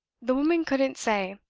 the woman couldn't say.